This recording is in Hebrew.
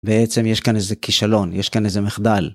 בעצם יש כאן איזה כישלון יש כאן איזה מחדל.